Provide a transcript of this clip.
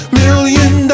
million